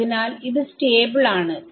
അതിനാൽ ഇത് സ്റ്റാബിൾആണ്